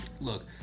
look